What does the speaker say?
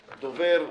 דובר,